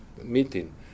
meeting